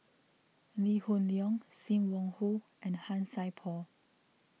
Lee Hoon Leong Sim Wong Hoo and Han Sai Por